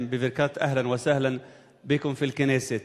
בברכת "אהלן וסהלן ביכום פי אל כנסת".